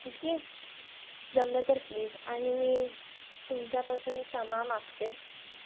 ठीक आहे जमलं तर प्लीज आणि मी तुमच्यापासून क्षमा मागते